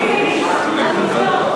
מה פתאום.